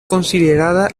considerada